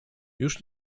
już